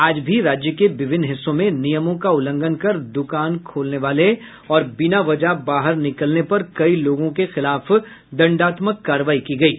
आज भी राज्य के विभिन्न हिस्सों में नियमों का उल्लंघन कर दुकान खोलने वाले और बिना वजह बाहर निकलने पर कई लोगों के खिलाफ दंडात्मक कार्रवाई की गयी